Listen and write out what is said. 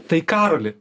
tai karoli